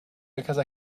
because